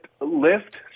lift